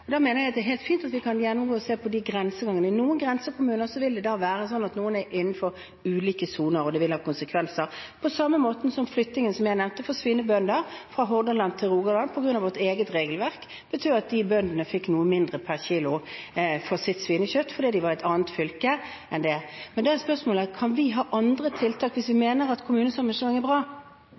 Jeg mener at det er helt fint at vi kan gjennomgå det og se på de grenseovergangene. I noen grensekommuner vil man være i ulike soner, og det vil ha konsekvenser på samme måte som flyttingen – som jeg nevnte – hadde for svinebønder fra Hordaland til Rogaland. På grunn av vårt regelverk betød det at de bøndene fikk noe mindre per kilo for sitt svinekjøtt fordi de var i et annet fylke. Men da er spørsmålet: Kan vi ha andre tiltak hvis vi mener at kommunesammenslåing er bra?